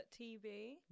TV